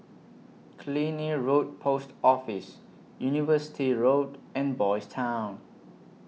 Killiney Road Post Office University Road and Boys' Town